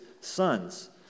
sons